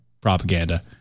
propaganda